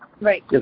Right